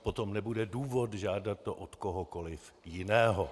Potom nebude důvod žádat to od kohokoli jiného.